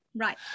Right